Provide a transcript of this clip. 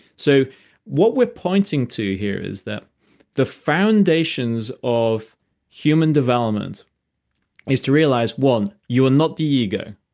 so what we're pointing to here is that the foundations of human development is to realize, one, you are not the ego.